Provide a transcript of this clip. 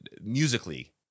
musically